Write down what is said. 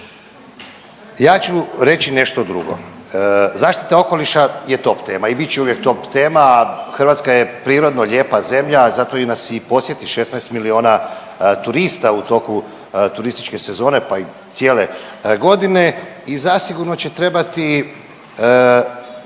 Ja ću reći nešto drugo. Zaštita okoliša je top tema i bit će uvijek top tema. Hrvatska je prirodno lijepa zemlja zato nas i posjeti 16 miliona turista u toku turističke sezone, pa i cijele godine i zasigurno će trebati